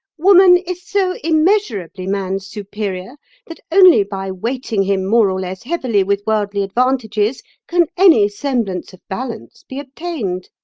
woman is so immeasurably man's superior that only by weighting him more or less heavily with worldly advantages can any semblance of balance be obtained.